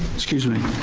excuse me.